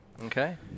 Okay